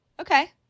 okay